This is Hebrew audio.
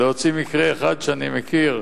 להוציא מקרה אחד שאני מכיר,